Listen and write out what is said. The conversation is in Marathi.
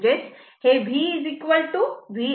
म्हणजेच v Vm sin ω t असे आहे